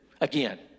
again